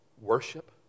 worship